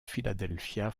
philadelphia